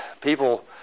people